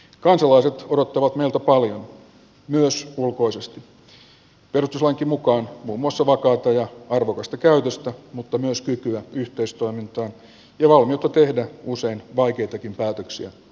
kansalaiset odottavat meiltä paljon myös ulkoisesti perustuslainkin mukaan muun muassa vakaata ja arvokasta käytöstä mutta myös kykyä yhteistoimintaan ja valmiutta tehdä usein vaikeitakin päätöksiä ajallaan